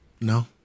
no